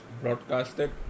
broadcasted